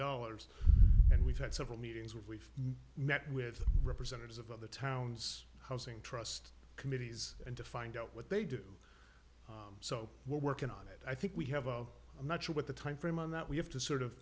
dollars and we've had several meetings we've met with representatives of other towns housing trust committees and to find out what they do so we're working on it i think we have a i'm not sure what the time frame on that we have to sort of